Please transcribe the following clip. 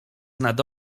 nad